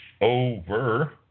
over